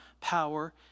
power